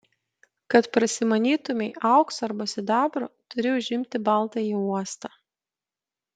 kad prasimanytumei aukso arba sidabro turi užimti baltąjį uostą